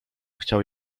chciał